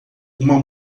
uma